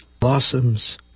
blossoms